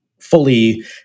fully